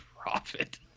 profit